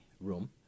room